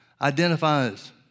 identifies